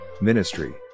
ministry